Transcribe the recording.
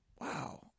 wow